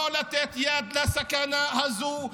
לא לתת יד לסכנה הזאת,